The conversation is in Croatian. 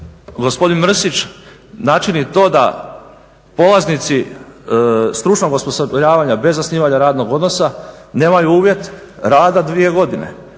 gospodin Mrsić načini to da polaznici stručnog osposobljavanja bez osnivanja radnog odnosa nemaju uvjet rada dvije godine.